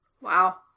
Wow